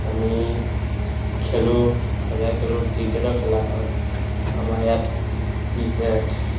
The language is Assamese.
আমি খেলোঁ সদায় খেলোঁ ক্ৰিকেটো খেলা হয় আমাৰ ইয়াত ক্ৰিকেট